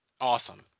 Awesome